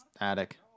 attic